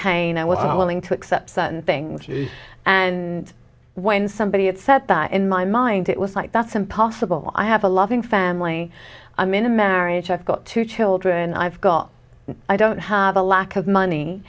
was willing to accept certain things and when somebody had set that in my mind it was like that's impossible i have a loving family i'm in a marriage i've got two children i've got i don't have a lack of money